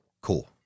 cool